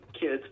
kids